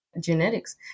genetics